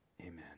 Amen